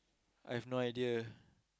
I have no idea